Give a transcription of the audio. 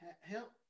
help